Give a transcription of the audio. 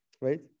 right